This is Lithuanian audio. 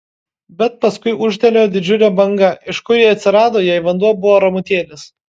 bet paskui ūžtelėjo didžiulė banga iš kur ji atsirado jei vanduo buvo ramutėlis